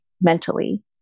mentally